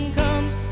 comes